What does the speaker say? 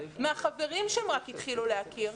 מן החברים שהם רק התחילו להכיר.